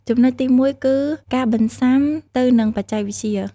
ចំណុចទីមួយ គឺ ការបន្សាំទៅនឹងបច្ចេកវិទ្យា។